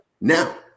Now